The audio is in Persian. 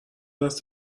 دست